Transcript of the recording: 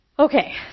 Okay